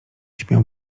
śmiał